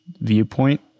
viewpoint